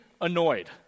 annoyed